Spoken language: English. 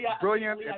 brilliant